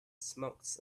smokes